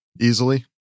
easily